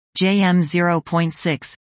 JM0.6